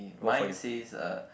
mine says uh